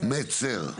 זה לחזור ולחזור.